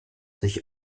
sich